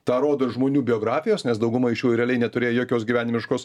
tą rodo ir žmonių biografijos nes dauguma jų realiai neturėję jokios gyvenimiškos